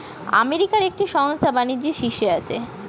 আমেরিকার একটি সংস্থা বাণিজ্যের শীর্ষে আছে